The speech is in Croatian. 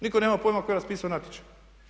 Niko nema pojma tko je raspisao natječaj.